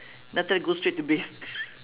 then after that go straight to bathe